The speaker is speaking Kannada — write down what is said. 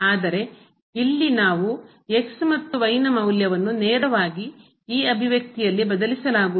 ಆದರೆ ಇಲ್ಲಿ ನಾವು ಮತ್ತು ನ ಮೌಲ್ಯವನ್ನು ನೇರವಾಗಿ ಈ ಅಭಿವ್ಯಕ್ತಿಯಲ್ಲಿ ಬದಲಿಸಲಾಗುವುದಿಲ್ಲ